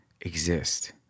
exist